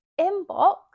inbox